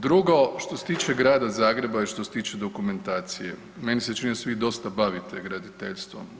Drugo, što se tiče Grada Zagreba i što se tiče dokumentacije, meni se čini da se vi dosta bavite graditeljstvom.